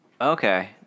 Okay